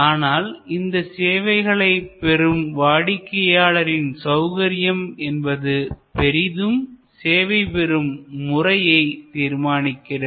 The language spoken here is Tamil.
ஆனால் இந்த சேவைகளை பெறும் வாடிக்கையாளரின் சௌகரியம் என்பது பெரிதும் சேவை பெறும் முறையை தீர்மானிக்கிறது